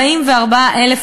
44,000 אנשים,